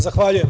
Zahvaljujem.